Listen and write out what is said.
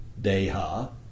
deha